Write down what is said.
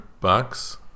bucks